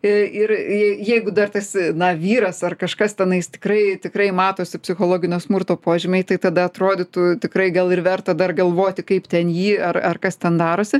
ir jeigu dar tarsi na vyras ar kažkas tenais tikrai tikrai matosi psichologinio smurto požymiai tai tada atrodytų tikrai gal ir verta dar galvoti kaip ten jį ar ar kas ten darosi